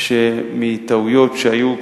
שטעויות שהיו,